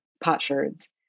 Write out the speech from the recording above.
potsherds